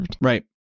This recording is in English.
Right